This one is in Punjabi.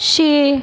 ਛੇ